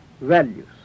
values